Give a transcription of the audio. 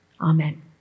Amen